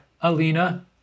Alina